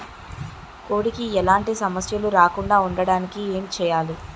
కోడి కి ఎలాంటి సమస్యలు రాకుండ ఉండడానికి ఏంటి చెయాలి?